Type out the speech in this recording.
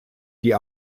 die